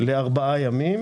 לארבעה ימים,